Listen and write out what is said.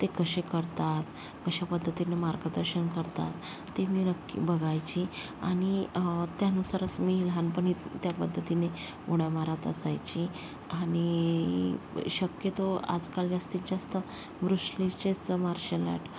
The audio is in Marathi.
ते कसे करतात कशा पद्धतीने मार्गदर्शन करतात ते मी नक्की बघायची आणि त्यानुसारच मी लहानपणी त्या पद्धतीने उड्या मारत असायची आणि शक्यतो आजकाल जास्तीत जास्त ब्रुस लीचेच मार्शल आर्ट